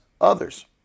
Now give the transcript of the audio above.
others